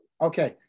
okay